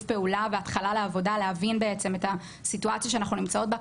פעולה והתחלה לעבודה להבין בעצם את הסיטואציות שאנחנו נמצאות בה,